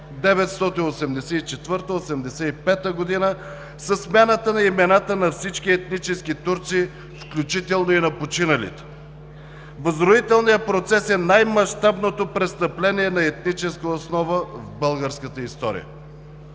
1984 – 1985 г., със смяната на имената на всички етнически турци, включително и на починалите. Възродителният процес е най-мащабното престъпление на етническа основа в българската история.